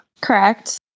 Correct